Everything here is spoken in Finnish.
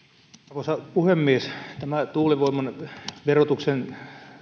arvoisa puhemies tuulivoiman verotuksen